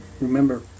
remember